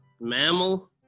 mammal